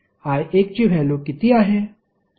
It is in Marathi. I1 ची व्हॅल्यु किती आहे